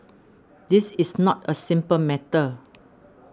this is not a simple matter